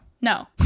No